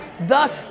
Thus